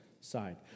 side